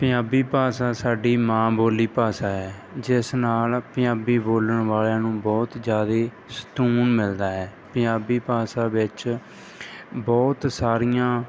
ਪੰਜਾਬੀ ਭਾਸ਼ਾ ਸਾਡੀ ਮਾਂ ਬੋਲੀ ਭਾਸ਼ਾ ਹੈ ਜਿਸ ਨਾਲ ਪੰਜਾਬੀ ਬੋਲਣ ਵਾਲਿਆਂ ਨੂੰ ਬਹੁਤ ਜ਼ਿਆਦਾ ਸਕੂਨ ਮਿਲਦਾ ਹੈ ਪੰਜਾਬੀ ਭਾਸ਼ਾ ਵਿੱਚ ਬਹੁਤ ਸਾਰੀਆਂ